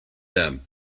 them